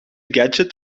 gadget